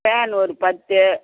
fan ஒரு பத்து